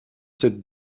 cette